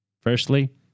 Firstly